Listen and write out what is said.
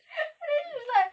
but really it was like